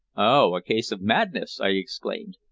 oh! a case of madness! i exclaimed.